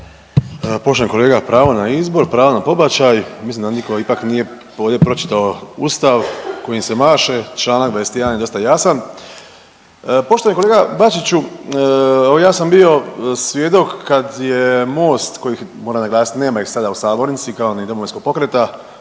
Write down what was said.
Poštovani kolega, pravo na izbor, pravo na pobačaj, mislim da nitko ipak nije ovdje pročitao Ustav kojim se maše, Članak 21. je dosta jasan. Poštovani kolega Bačiću evo ja sam bio svjedok kad je MOST kojih moram naglasiti nema ih sada u sabornici kao ni Domovinskog pokreta